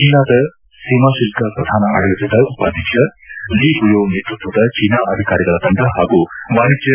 ಚೀನಾದ ಸೀಮಾಶುಲ್ಲ ಪ್ರಧಾನ ಆಡಳಿತದ ಉಪಾಧ್ಯಕ್ಷ ಲಿ ಗುಯೊ ನೇತೃತ್ವದ ಚೀನಾ ಅಧಿಕಾರಿಗಳ ತಂಡ ಹಾಗೂ ವಾಣಿಜ್ಜ